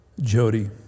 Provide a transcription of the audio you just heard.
Jody